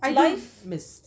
I do miss